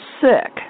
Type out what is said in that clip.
sick